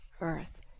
earth